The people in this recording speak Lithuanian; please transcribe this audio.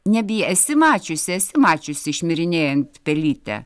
nebij esi mačiusi esi mačiusi šmirinėjant pelytę